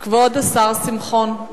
כבוד השר שמחון.